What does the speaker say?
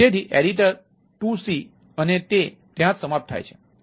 તેથી editor 2 c અને તે ત્યાં જ સમાપ્ત થાય છે